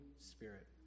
spirit